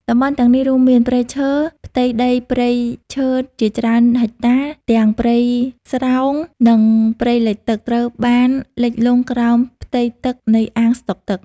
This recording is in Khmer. តំបន់ទាំងនេះរួមមាន ព្រៃឈើ ផ្ទៃដីព្រៃឈើជាច្រើនហិកតា ទាំងព្រៃស្រោង និងព្រៃលិចទឹក ត្រូវបានលិចលង់ក្រោមផ្ទៃទឹកនៃអាងស្តុកទឹក។